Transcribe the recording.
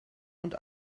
und